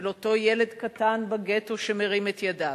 של אותו ילד קטן בגטו שמרים את ידיו.